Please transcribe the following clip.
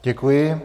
Děkuji.